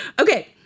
Okay